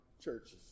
churches